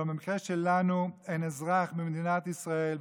אבל במקרה שלנו אין אזרח במדינת ישראל,